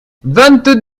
vingt